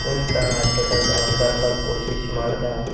ಕುಂತ ಆಟೋದಾಗ ಅವ ಬರ್ಲಕ್ಕ ಕೊಶಿಶ್ ಮಾಡಿದ